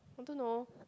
I don't know